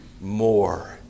more